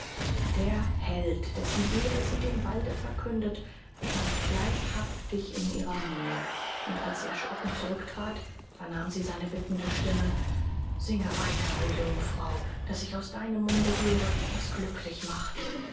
der held dessen ehre sie dem walde verkündet stand leibhaftig in ihrer nähe und als sie erschrocken zurücktrat vernahm sie seine bittende stimme singe weiter o jungfrau daß ich aus deinem munde höre was glücklich macht